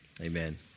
Amen